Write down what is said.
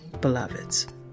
beloveds